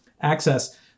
access